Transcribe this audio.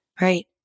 Right